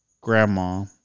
grandma